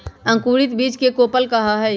अंकुरित बीज के कोपल कहा हई